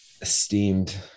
esteemed